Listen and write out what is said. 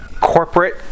corporate